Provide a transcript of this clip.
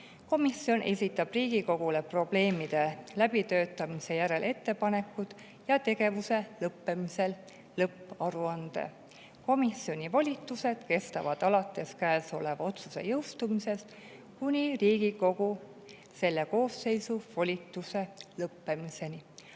Komisjon esitab Riigikogule probleemide läbitöötamise järel ettepanekud ja tegevuse lõppemisel lõpparuande. Komisjoni volitused kestavad alates käesoleva otsuse jõustumisest kuni Riigikogu selle koosseisu volituste lõppemiseni.